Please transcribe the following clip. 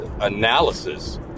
analysis